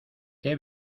que